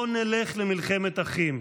לא נלך למלחמת אחים.